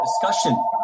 Discussion